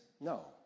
No